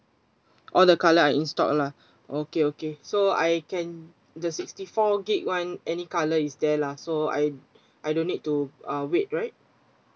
all the colour are in stock lah okay okay so I can the sixty four gigabytes one any colour is there lah so I I don't need to uh wait right